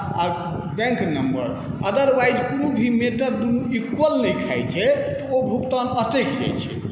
आ bank number otherwise कोनो भी मेटर दुनू इक्वल लिखाइत छै तऽ ओ भुगतान अँटकि जाइत छै